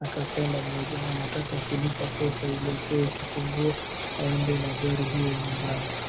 akapenda moja anataka kulipa pesa iliapewe kifunguo aende na gari hiyo nyumbani.